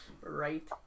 Right